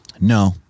No